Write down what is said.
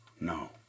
No